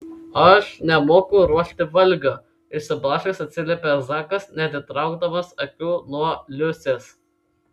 aš nemoku ruošti valgio išsiblaškęs atsiliepė zakas neatitraukdamas akių nuo liusės